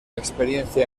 experiencia